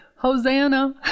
Hosanna